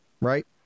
Right